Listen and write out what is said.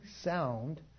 sound